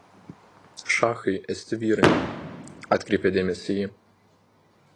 šachai esti vyrai atkreipė dėmesį ji